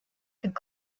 could